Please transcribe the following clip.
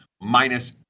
minus